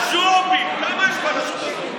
ג'ובים, כמה יש ברשות הזאת?